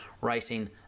racing